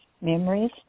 memories